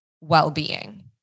well-being